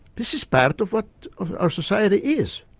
this is part of what our society is.